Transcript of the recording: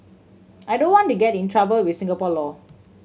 I don't want to get in trouble with Singapore law